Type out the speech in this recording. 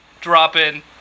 dropping